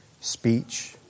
speech